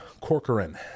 Corcoran